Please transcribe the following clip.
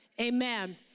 Amen